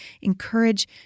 encourage